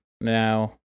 now